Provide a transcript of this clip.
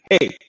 hey